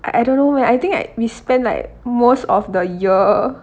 I I don't know eh I think we spend like most of the year